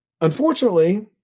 Unfortunately